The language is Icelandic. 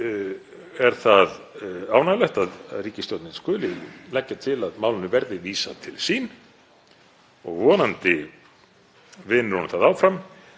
sögðu er það ánægjulegt að ríkisstjórnin skuli leggja til að málinu verði vísað til sín og vonandi vinnur hún það áfram.